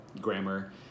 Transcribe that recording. grammar